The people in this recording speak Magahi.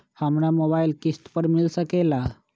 हमरा मोबाइल किस्त पर मिल सकेला?